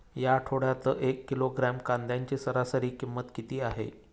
या आठवड्यात एक किलोग्रॅम कांद्याची सरासरी किंमत किती आहे?